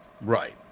Right